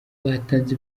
batanze